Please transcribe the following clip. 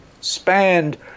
spanned